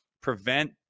prevent